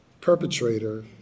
perpetrator